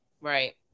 right